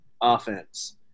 offense